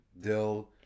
dill